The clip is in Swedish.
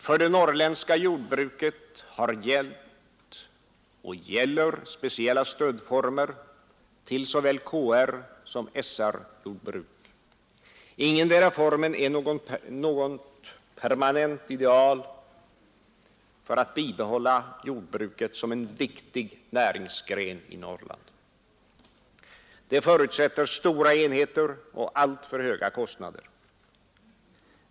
För det norrländska jordbruket har gällt och gäller speciella former för stöd till såväl KR som SR-jordbruk. Ingendera formen är något permanent ideal för att behålla jordbruket som en viktig näringsgren i Norrland. De förutsätter stora enheter och alltför höga kostnader.